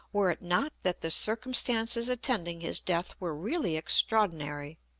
were it not that the circumstances attending his death were really extraordinary,